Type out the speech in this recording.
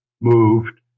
moved